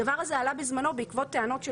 הדבר הזה עלה בזמנו בעקבות טענות של